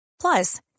plus